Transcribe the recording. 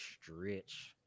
stretch